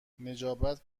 نجابت